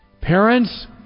Parents